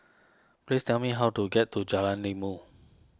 please tell me how to get to Jalan Ilmu